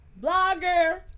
blogger